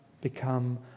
become